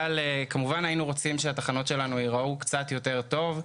כמובן שהיינו רוצים שהתחנות שלנו ייראו קצת יותר טוב,